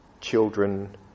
children